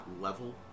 level